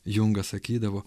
jungas sakydavo